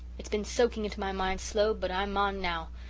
it's been soaking into my mind slow but i'm on now.